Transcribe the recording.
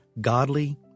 godly